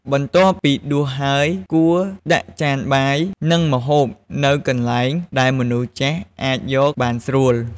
បន្ទាប់ពីដួសហើយ គួរដាក់ចានបាយ និងម្ហូបនៅកន្លែងដែលមនុស្សចាស់អាចយកបានស្រួល។